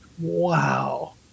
wow